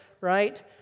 right